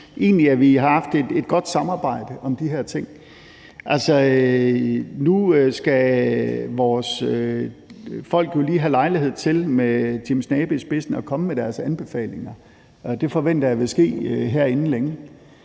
vi har haft et godt samarbejde om de her ting. Nu skal vores folk lige have lejlighed til med Jim Snabe i spidsen at komme med deres anbefalinger, og det forventer jeg vil ske her inden længe.